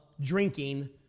drinking